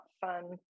fun